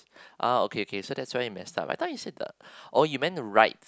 ah okay okay so that's where we messed up I thought you say the oh you meant right